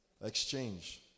Exchange